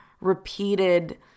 repeated